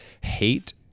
hate